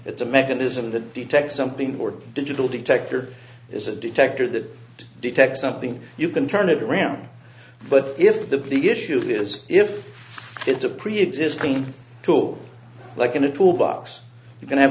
it's a mechanism that detects something or digital detector is a detector that detects something you can turn it around but if the big issue is if it's a preexisting tool like in a tool box you can have